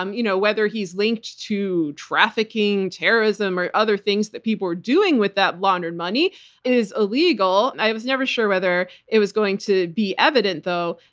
um you know whether he's linked to trafficking, terrorism or other things that people were doing with that laundered money is illegal. i was never sure whether it was going to be evident though,